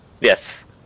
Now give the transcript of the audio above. Yes